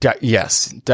yes